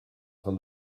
train